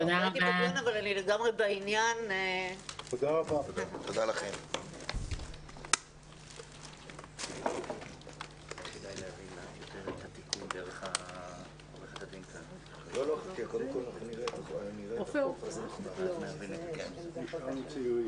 הישיבה ננעלה בשעה 11:48.